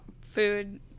food